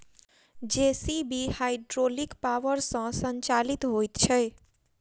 JCB hydraulic power सॅ संचालित होइत छै